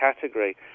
category